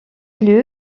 lieu